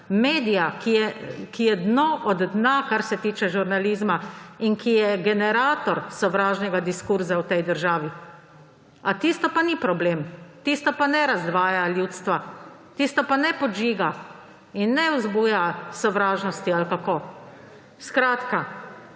medija, ki je dno od dna, kar se tiče žurnalizma, in ki je generator sovražnega diskusa v tej državi. A tisto pa ni problem? Tisto pa ne razdvaja ljudstva? Tisto pa ne podžiga in ne vzbuja sovražnosti ali kako? Skratka,